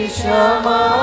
shama